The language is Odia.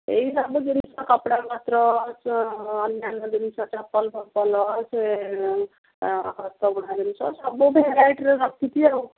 ଏଇ ସବୁ ଜିନିଷ କପଡ଼ାପତ୍ର ଅନ୍ୟାନ୍ୟ ଜିନିଷ ଚପଲ ଫପଲ ସେ ହାତବୁଣା ଜିନିଷ ସବୁ ଭେରାଇଟିର ରଖିଛି ଆଉ